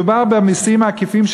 מדובר במסים העקיפים,